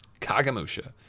Kagamusha